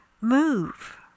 move